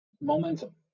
Momentum